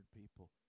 people